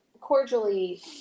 cordially